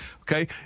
Okay